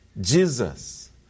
Jesus